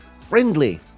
friendly